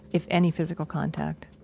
if any, physical contact.